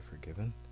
forgiven